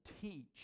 teach